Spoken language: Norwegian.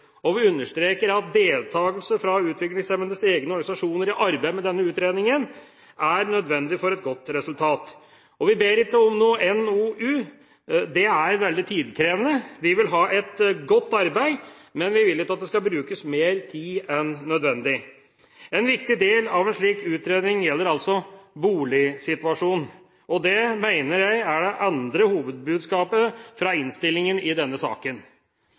og vi understreker at deltakelse fra utviklingshemmedes egne organisasjoner i arbeidet med denne utredningen er nødvendig for et godt resultat. Vi ber ikke om noen NOU; det er veldig tidkrevende. Vi vil ha et godt arbeid, men vi vil ikke at det skal brukes mer tid enn nødvendig. En viktig del av en slik utredning vil være boligsituasjonen. Det mener jeg er det andre hovedbudskapet fra innstillinga i denne saken.